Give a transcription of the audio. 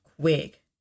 quick